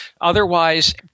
Otherwise